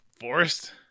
forest